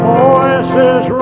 voices